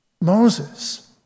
Moses